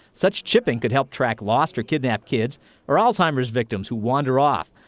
such chipping could help track lost or kidnapped kids or alzheimer's victims who wander off.